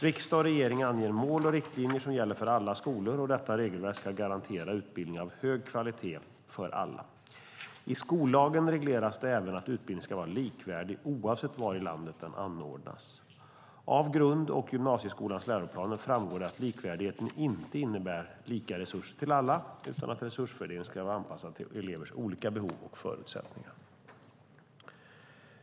Riksdag och regering anger mål och riktlinjer som gäller för alla skolor, och detta regelverk ska garantera utbildning av hög kvalitet för alla. I skollagen regleras det även att utbildningen ska vara likvärdig, oavsett var i landet den anordnas. Av grund och gymnasieskolans läroplaner framgår det att likvärdigheten inte innebär lika resurser till alla utan att resursfördelningen ska vara anpassad till elevers olika behov och förutsättningar.